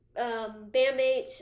Bandmates